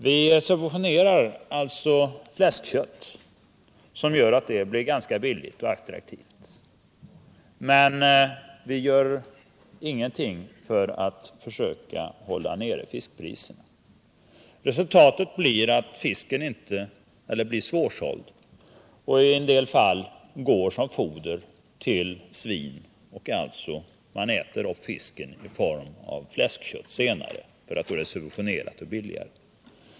Vi subventionerar ju nu fläskkött så att det blir ganska billigt och attraktivt, men vi gör ingenting för att hålla nere fiskpriserna. Resultatet blir att fisken är svårsåld. I en del fall går fisken till svinfoder. Man äter med andra ord upp fisken i form av fläskkött senare, därför att det är subventionerat och alltså billigare.